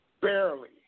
barely